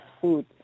food